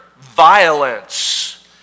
violence